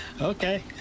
Okay